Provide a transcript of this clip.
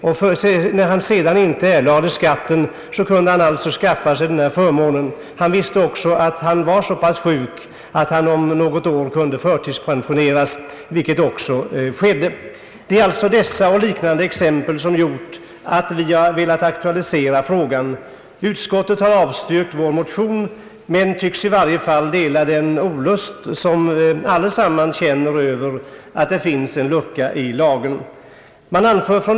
Fastän han sedan inte erlade skatt, kunde han ändå skaffa sig denna förmån. Han visste också med sig att han var så pass sjuk att han om något år skulle förtidspensioneras, vilket också skedde. Dessa och liknande exempel har gjort att vi har velat aktualisera frågan. Utskottet har avstyrkt motionen men tycks i varje fall dela den olust som vi allesammans känner över att det finns en lucka i lagen.